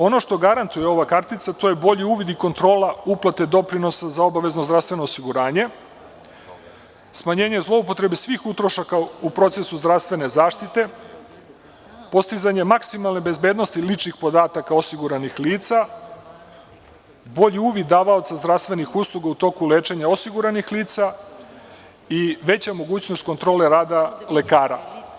Ono što garantuje ova kartica je bolji uvid i kontrola uplate doprinosa za obavezno zdravstveno osiguranje, smanjenje zloupotrebe svih utrošaka u procesu zdravstvene zaštite, postizanje maksimalne bezbednosti ličnih podataka osiguranih lica, bolji uvid davaoca zdravstvenih usluga u toku lečenja osiguranih lica i veća mogućnost kontrole rada lekara.